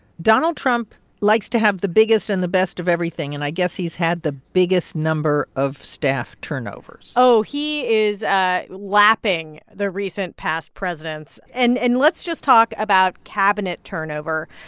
donald trump likes to have the biggest and the best of everything, and i guess he's had the biggest number of staff turnovers oh, he is ah lapping the recent past presidents. and and let's just talk about cabinet turnover.